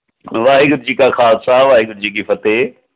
ਵਾਹਿਗੁਰੂ ਜੀ ਕਾ ਖਾਲਸਾ ਵਾਹਿਗੁਰੂ ਜੀ ਕੀ ਫਤਿਹ